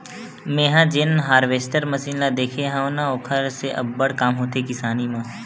मेंहा जेन harvester machine ल देखे हव न ओखर से अब्बड़ काम होथे किसानी मन